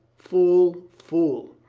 fool, fool!